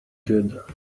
good